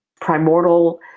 primordial